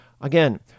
Again